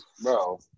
Bro